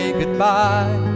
goodbye